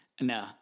no